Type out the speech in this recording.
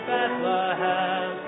Bethlehem